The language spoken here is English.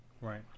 Right